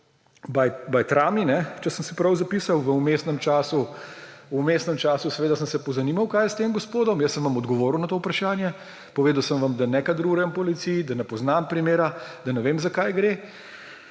Bajrami, če sem si prav zapisal. V vmesnem času sem se pozanimal, kaj je s tem gospodom, jaz sem vam odgovoril na to vprašanje. Povedal sem vam, da ne kadrujem policiji, da ne poznam primera, da ne vem, zakaj gre.